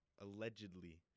allegedly